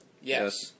Yes